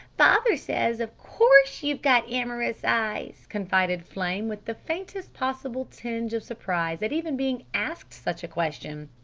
father says of course you've got amorous eyes! confided flame with the faintest possible tinge of surprise at even being asked such a question.